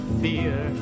fear